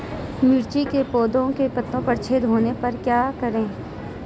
मिर्ची के पौधों के पत्तियों में छेद होने पर क्या करें?